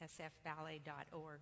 sfballet.org